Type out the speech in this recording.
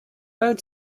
road